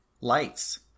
Lights